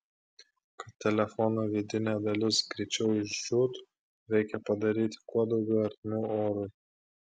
kad telefono vidinė dalis greičiau išdžiūtų reikia padaryti kuo daugiau ertmių orui